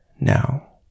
now